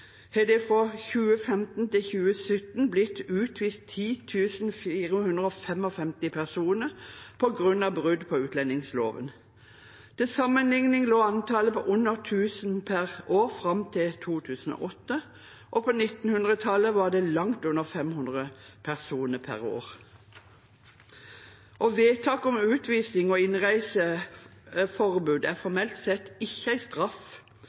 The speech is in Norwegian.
har det fra 2015 til 2017 blitt utvist 10 455 personer på grunn av brudd på utlendingsloven. Til sammenligning lå antallet på under 1 000 per år fram til 2008, og før 2000 var det langt under 500 personer per år. Vedtak om utvisning og innreiseforbud er formelt sett ikke en straff,